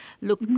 Look